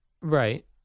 Right